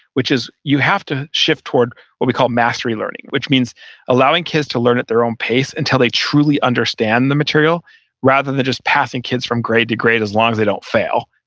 which is you have to shift toward what we call mastery learning, which means allowing kids to learn at their own pace until they truly understand the material rather than just passing kids from grade to grade as long as they don't fail.